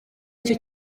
icyo